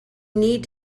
need